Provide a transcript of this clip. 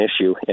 issue